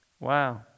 Wow